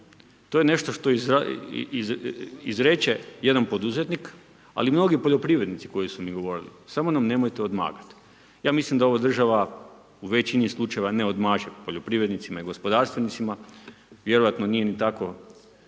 To je nešto što izreče jedan poduzetnik, ali mnogi poljoprivrednici koju su mi govorili, samo nam nemojte odmagat. Ja mislim da ovo država u većini slučajeva ne odmaže poljoprivrednicima i gospodarstvenicima. Vjerojatno nije ni tako